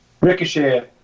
Ricochet